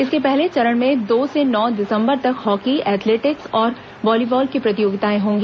इसके पहले चरण में दो से नौ दिसंबर तक हॉकी एथलेटिक्स और व्हालीबॉल की प्रतियोगिताएं होंगी